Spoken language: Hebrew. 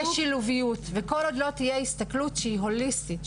שילוביות וכל עוד לא תהיה הסתכלות שהיא הוליסטית,